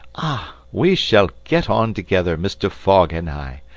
ah, we shall get on together, mr. fogg and i!